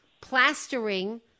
plastering